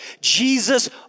Jesus